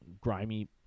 grimy